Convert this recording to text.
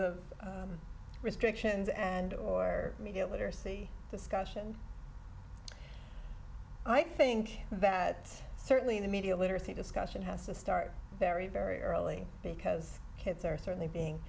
of restrictions and or media literacy discussion i think that certainly the media literacy discussion has to start very very early because kids are certainly being